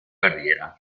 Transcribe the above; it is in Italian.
carriera